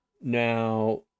Now